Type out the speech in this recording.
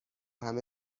همه